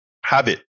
habit